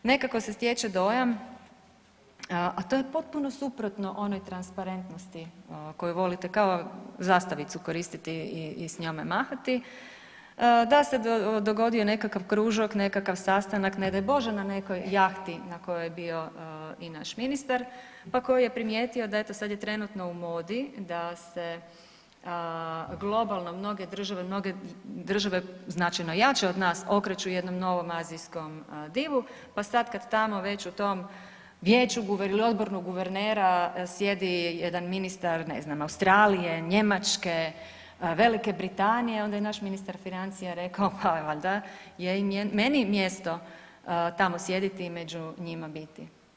Nekako se stječe dojam, a to je potpuno suprotno onoj transparentnosti koju volite kao zastavicu koristiti i s njome mahati, da se dogodio nekakav kružok, nekakav sastanak ne daj Bože na nekoj jahti na kojoj je bio i naš ministar, pa koji je primijetio da eto sad je trenutno u modi da se globalno mnoge države, mnoge države značajno jače od nas okreću jednom novom azijskom divu, pa sad kad tamo već u tom vijeću ili Odboru guvernera sjedi jedan ministar, ne znam, Australije, Njemačke, Velike Britanije, onda je naš ministar financija rekao pa valjda je i meni mjesto tamo sjediti i među njima biti.